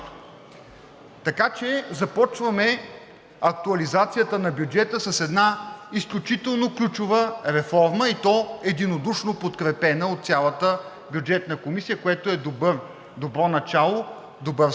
Така че започваме актуализацията на бюджета с една изключително ключова реформа, и то единодушно подкрепена от цялата Бюджетна комисия, което е едно добро начало, добър старт.